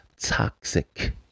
toxic